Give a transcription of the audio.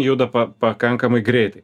juda pa pakankamai greitai